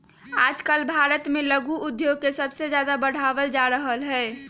आजकल भारत में लघु उद्योग के सबसे ज्यादा बढ़ावल जा रहले है